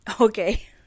Okay